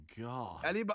God